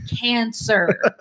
cancer